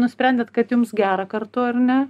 nusprendėt kad jums gera kartu ar ne